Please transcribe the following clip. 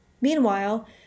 Meanwhile